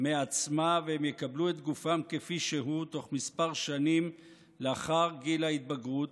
מעצמה והם יקבלו את גופם כפי שהוא תוך מספר שנים לאחר גיל ההתבגרות,